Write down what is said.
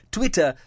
Twitter